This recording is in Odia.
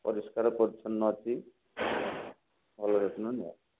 ପରିଷ୍କାର ପରିଚ୍ଛନ୍ନ ଅଛି ଭଲ ଯତ୍ନ ନିଆ